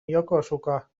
yokosuka